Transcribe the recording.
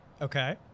Okay